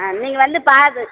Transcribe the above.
ஆ நீங்கள் வந்து பாரு